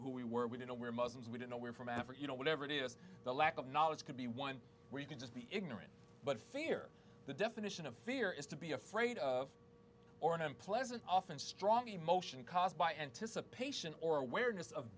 who we were we don't know we're muslims we don't know we're from africa you know whatever it is the lack of knowledge could be one where you can just be ignorant but fear the definition of fear is to be afraid of or an unpleasant often strong emotion caused by anticipation or awareness of